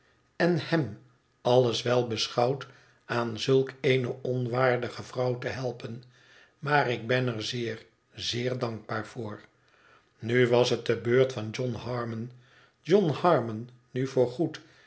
en hem alles wel beschouwd aan zulk eene onwaardige vrouw te helpen maar ik ben er zeer zeer dankbaar voor nu was het de beurt van john harmon john harmon nu voorgoed